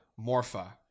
Morpha